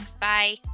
bye